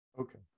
Okay